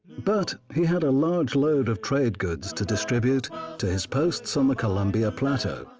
but, he had a large load of trade goods to distribute to his posts on the columbia plateau.